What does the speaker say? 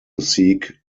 seek